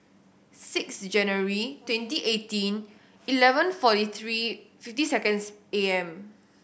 six January twenty eighteen eleven forty three fifty seconds A M